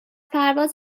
پرواز